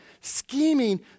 scheming